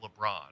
LeBron